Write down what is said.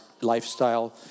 lifestyle